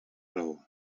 raó